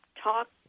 talk